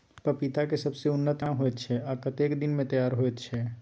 पपीता के सबसे उन्नत बीज केना होयत छै, आ कतेक दिन में तैयार होयत छै?